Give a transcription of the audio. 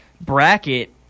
bracket